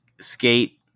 Skate